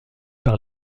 par